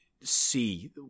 see